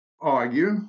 argue